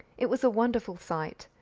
it was a wonderful sight.